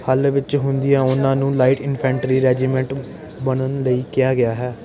ਹਲ ਵਿੱਚ ਹੁੰਦਿਆਂ ਉਨ੍ਹਾਂ ਨੂੰ ਲਾਈਟ ਇਨਫੈਂਟਰੀ ਰੈਜੀਮੈਂਟ ਬਣਨ ਲਈ ਕਿਹਾ ਗਿਆ ਹੈ